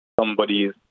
somebody's